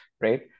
right